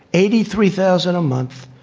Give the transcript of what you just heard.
eighty three thousand a month